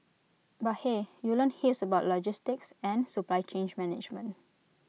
but hey you learn heaps about logistics and supply chain management